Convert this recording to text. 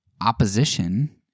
opposition